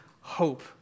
hope